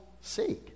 seek